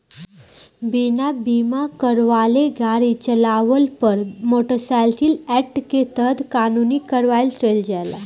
बिना बीमा करावले गाड़ी चालावला पर मोटर साइकिल एक्ट के तहत कानूनी कार्रवाई कईल जाला